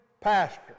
pastor